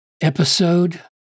episode